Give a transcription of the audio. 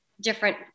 different